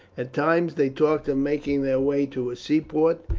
at times they talked of making their way to a seaport,